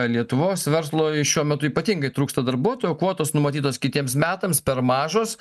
lietuvos verslui šiuo metu ypatingai trūksta darbuotojų o kvotos numatytos kitiems metams per mažos